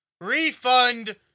Refund